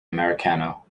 americano